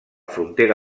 frontera